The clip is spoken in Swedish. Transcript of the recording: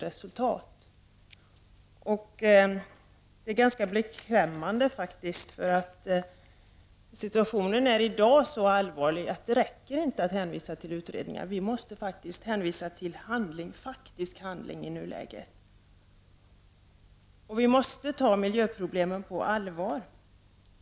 Det är ganska beklämmande, för situationen är i dag så allvarlig att det inte räcker att hänvisa till utredningar. Vi måste hänvisa till faktisk handling i nuläget. Vi måste ta miljöproblemen på allvar.